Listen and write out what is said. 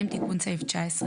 תיקון סעיף 19